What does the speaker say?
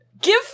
Give